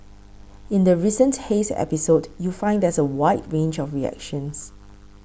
in the recent haze episode you find there's a wide range of reactions